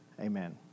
amen